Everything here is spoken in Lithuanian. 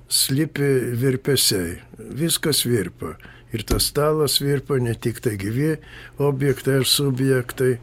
slypi virpesiai viskas virpa ir tas stalas virpa ne tik tai gyvi objektai ar subjektai